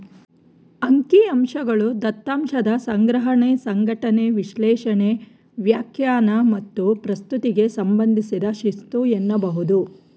ಅಂಕಿಅಂಶಗಳು ದತ್ತಾಂಶದ ಸಂಗ್ರಹಣೆ, ಸಂಘಟನೆ, ವಿಶ್ಲೇಷಣೆ, ವ್ಯಾಖ್ಯಾನ ಮತ್ತು ಪ್ರಸ್ತುತಿಗೆ ಸಂಬಂಧಿಸಿದ ಶಿಸ್ತು ಎನ್ನಬಹುದು